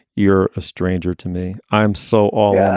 you're a stranger to me. i'm so. all yeah